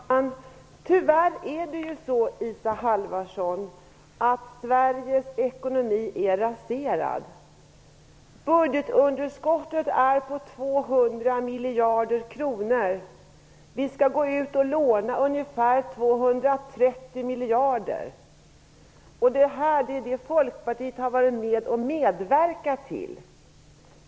Herr talman! Det är tyvärr så, Isa Halvarsson, att Sveriges ekonomi är raserad. Budgetunderskottet är 200 miljarder kronor. Vi skall gå ut och låna ungefär Detta har Folkpartiet varit med att medverka till.